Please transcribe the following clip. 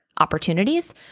opportunities